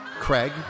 Craig